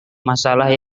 masalah